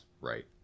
right